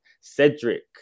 Cedric